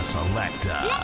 Selector